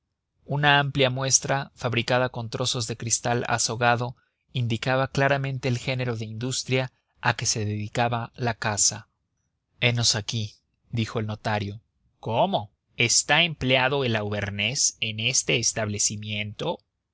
una amplia muestra fabricada con trozos de cristal azogado indicaba claramente el género de industria a que se dedicaba la casa henos aquí dijo el notario cómo está empleado el auvernés en este establecimiento